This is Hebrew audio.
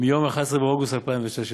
מיום 11 באוגוסט 2016